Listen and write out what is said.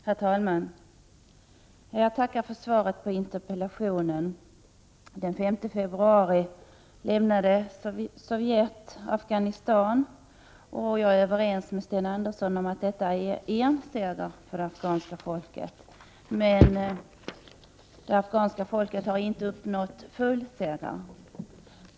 Herr talman! Jag tackar för svaret på interpellationen. Den 5 februari lämnade Sovjet Afghanistan. Jag är överens med Sten Andersson om att detta är en seger för det afghanska folket, men det har inte uppnått full seger.